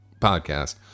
podcast